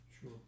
Sure